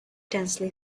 densely